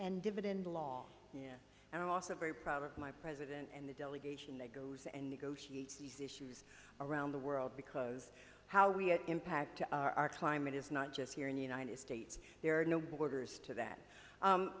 and dividend law and i'm also very proud of my president and the delegation that goes and negotiates these issues around the world because how we impact our climate is not just here in the united states there are no borders to that